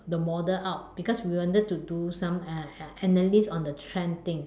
the model out because we wanted to do some uh uh analyst on the trend thing